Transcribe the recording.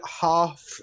half